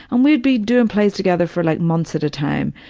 and we'd be doing plays together for, like, months at a time.